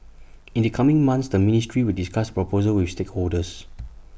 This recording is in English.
in the coming months the ministry will discuss proposal with stakeholders